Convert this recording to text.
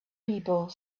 people